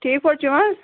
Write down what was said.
ٹھیٖک پٲٹھۍ چھِو حظ